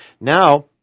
Now